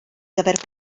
gyfer